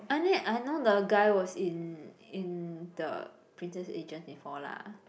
I need I know the guy was in in the Princess Agent before lah